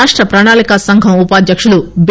రాష్ట ప్రణాళిక సంఘం ఉపాధ్యకుడు బి